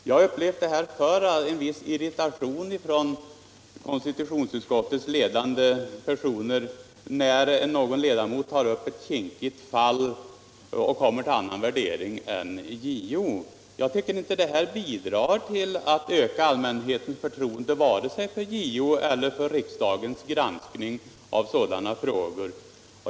Jag har upplevt det här förr — en viss irritation från konstitutionsutskottets ledande personer när någon ledamot tar upp ett kinkigt fall och kommer fram till en annan värdering än JO. Jag tycker inte a det här bidrar till att öka allmänhetens förtroende vare sig för JO eller för riksdagens granskning av sådana frågor.